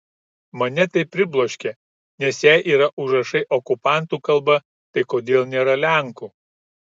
mane tai pribloškė nes jei yra užrašai okupantų kalba tai kodėl nėra lenkų